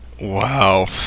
Wow